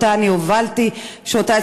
ואני הובלתי אותה,